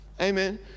Amen